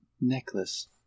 necklace